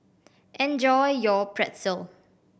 enjoy your Pretzel